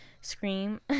scream